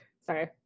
Sorry